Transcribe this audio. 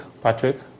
Patrick